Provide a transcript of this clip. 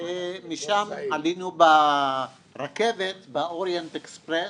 עלינו ברכבת, באוריינט אקספרס,